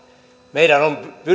meidän on